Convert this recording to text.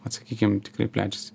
atsakykim tikrai plečiasi